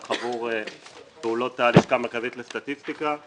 חדשים עבור פעולות הלשכה המרכזית לסטטיסטיקה,